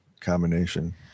combination